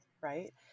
Right